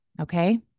Okay